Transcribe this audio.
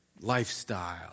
lifestyle